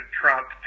Trump